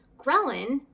Ghrelin